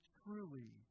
truly